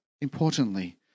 importantly